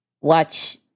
Watch